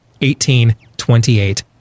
1828